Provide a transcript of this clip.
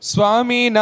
Swami